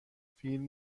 فیلم